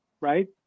right